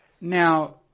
now